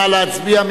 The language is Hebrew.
נא להצביע.